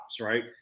right